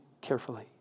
carefully